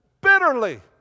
bitterly